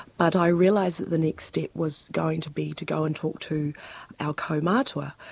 but i realised that the next step was going to be to go and talk to our kaumatua.